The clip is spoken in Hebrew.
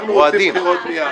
רועדים.